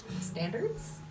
standards